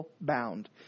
bound